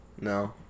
No